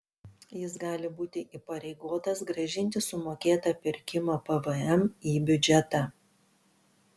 jis gali būti įpareigotas grąžinti sumokėtą pirkimo pvm į biudžetą